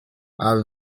are